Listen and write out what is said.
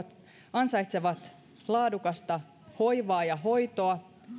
ansaitsevat laadukasta hoivaa ja hoitoa